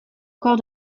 corps